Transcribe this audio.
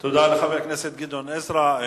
תודה לחבר הכנסת גדעון עזרא.